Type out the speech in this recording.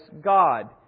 God